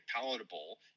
palatable